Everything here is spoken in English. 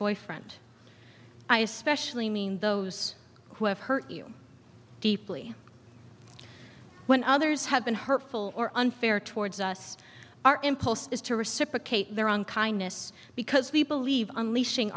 boyfriend i especially mean those who have hurt you deeply when others have been hurtful or unfair towards us our impulse is to reciprocate their own kindness because we believe unleashing